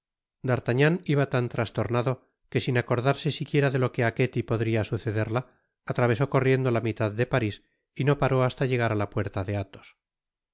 d'artagnan iba tan trastornado que sin acordarse siquiera de lo que á ketty podría sucederia atravesó corriendo la mitad de paris y no paró hasta llegar a la puerta de athos el